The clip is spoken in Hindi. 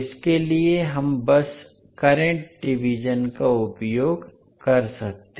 तो इसके लिए हम बस करंट डिवीज़न का उपयोग कर सकते हैं